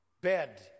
bed